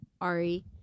Ari